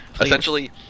Essentially